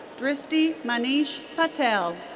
dristi manish patel.